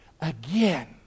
again